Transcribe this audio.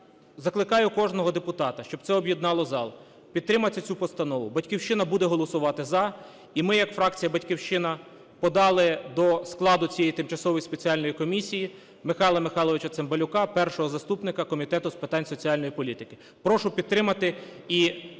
закликаю кожного депутата, щоб це об'єднало зал, підтримати цю постанову. "Батьківщина" буде голосувати "за". І ми як фракція "Батьківщина" подали до складу цієї тимчасової спеціальної комісії Михайла Михайловича Цимбалюка, першого заступника Комітету з питань соціальної політики. Прошу підтримати.